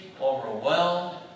overwhelmed